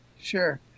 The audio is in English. Sure